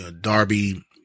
Darby